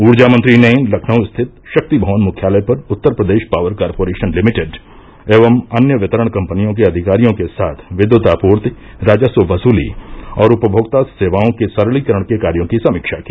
ऊर्जा मंत्री ने लखनऊ स्थित शक्ति भवन मुख्यालय पर Uttar Pradesh power corporation limited एवं अन्य वितरण कम्पनियों के अधिकारियों के साथ विद्युत आपूर्ति राजस्व वसूली और उपमोक्ता सेवाओं के सरलीकरण के कार्यो की समीक्षा की